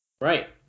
Right